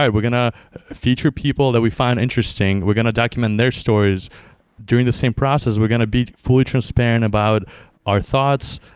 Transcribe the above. we're going to feature people that we find interesting. we're going to document their stories during the same process. we're going to be fully transparent about our thoughts,